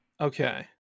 Okay